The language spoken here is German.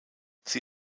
sie